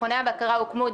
מכוני הבקרה הוקמו,